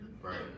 Right